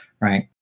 Right